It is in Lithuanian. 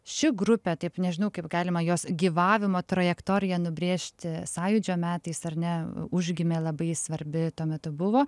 ši grupė taip nežinau kaip galima jos gyvavimo trajektoriją nubrėžti sąjūdžio metais ar ne užgimė labai svarbi tuo metu buvo